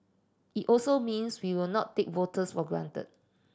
it also means we will not take voters for granted